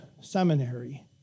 seminary